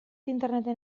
interneten